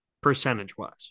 percentage-wise